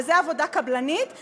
וזה עבודה קבלנית,